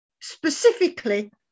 specifically